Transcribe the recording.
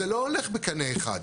זה לא הולך בקנה אחד.